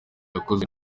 yakozwe